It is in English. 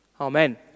Amen